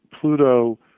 Pluto